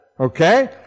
Okay